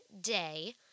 day